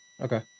Okay